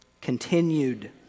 continued